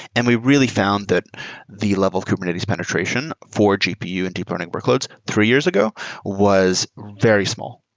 and we really found that the level of kubernetes penetration for gpu and deep learning workloads three years ago was very small.